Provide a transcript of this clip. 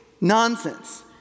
nonsense